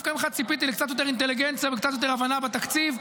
דווקא ממך ציפיתי לקצת יותר אינטליגנציה וקצת יותר הבנה בתקציב.